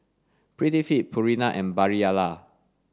Prettyfit Purina and Barilla